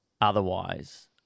otherwise